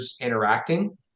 interacting